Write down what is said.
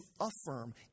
affirm